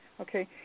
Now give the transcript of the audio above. okay